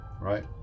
right